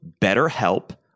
BetterHelp